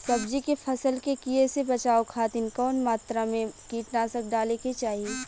सब्जी के फसल के कियेसे बचाव खातिन कवन मात्रा में कीटनाशक डाले के चाही?